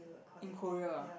in Korea lah